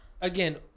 again